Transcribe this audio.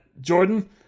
Jordan